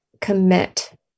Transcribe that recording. commit